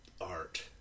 art